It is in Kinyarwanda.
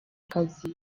kazi